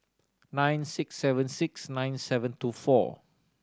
nine six seven six nine seven two four